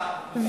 מהאופוזיציה,